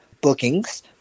bookings